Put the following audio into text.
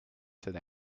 said